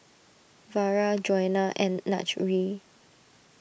Vara Joanna and Najee